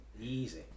easy